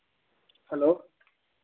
hello